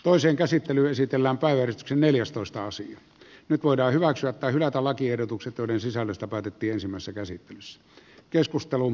toisen käsittely esitellään päiväretki neljästoista osin nyt voidaan hyväksyä tai hylätä lakiehdotukset joiden sisällöstä päätettiinsemmassa käsittelyssä keskustelun